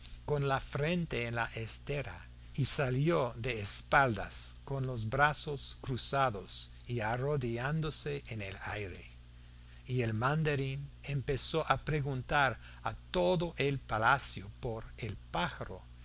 con la frente en la estera y salió de espaldas con los brazos cruzados y arrodillándose en el aire y el mandarín empezó a preguntar a todo el palacio por el pájaro